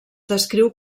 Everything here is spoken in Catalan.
descriu